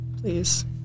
Please